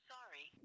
Sorry